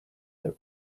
their